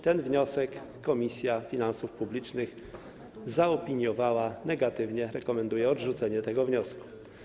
Ten wniosek Komisja Finansów Publicznych zaopiniowała negatywnie i rekomenduje odrzucenie tego wniosku.